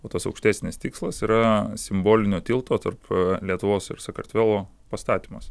o tas aukštesnis tikslas yra simbolinio tilto tarp lietuvos ir sakartvelo pastatymas